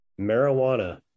marijuana